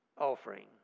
offering